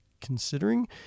considering